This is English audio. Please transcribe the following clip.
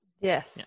Yes